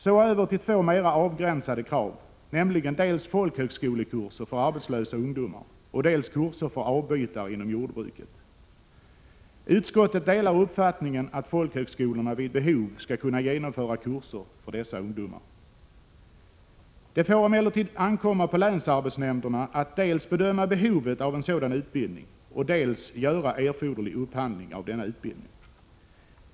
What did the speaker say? Så över till två mera avgränsade krav, nämligen dels folkhögskolekurser för arbetslösa ungdomar, dels kurser för avbytare inom jordbruket. Utskottet delar uppfattningen att folkhögskolorna vid behov skall kunna genomföra kurser för dessa ungdomar. Det får emellertid ankomma på länsarbetsnämnderna att dels bedöma behovet av en sådan utbildning, dels göra erforderlig upphandling av denna utbildning.